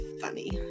funny